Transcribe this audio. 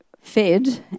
fed